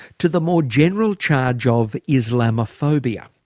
to the more general charge of islamophobia.